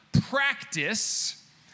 Practice